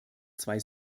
zwei